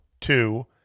two